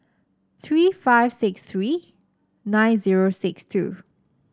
three five six three nine zero six two